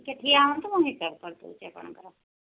ଟିକେ ଠିଆ ହୁଅନ୍ତୁ ମୁଁ ହିସାବ କରି ଦେଉଛି ଆପଣଙ୍କର